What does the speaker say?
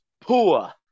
poor